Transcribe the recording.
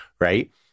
Right